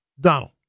Donald